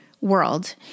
world